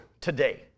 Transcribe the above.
today